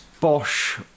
Bosch